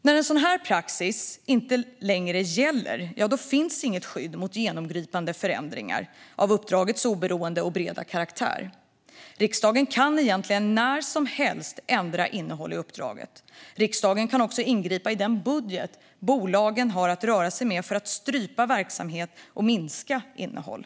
När en sådan praxis inte längre gäller finns det inget skydd mot genomgripande förändringar av uppdragets oberoende och breda karaktär. Riksdagen kan egentligen när som helst ändra innehåll i uppdraget. Riksdagen kan också ingripa i den budget bolagen har att röra sig med för att strypa verksamhet och minska innehåll.